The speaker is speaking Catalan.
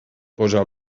posa